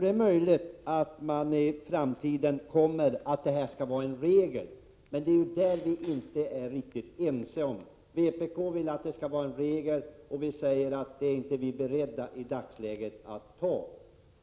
Det är möjligt att man i framtiden kommer fram till att detta skall vara en regel, men det är ju just där vi inte är riktigt ense. Vpk vill ha en regel, medan vi säger att vi inte är beredda att ta detta i dagsläget,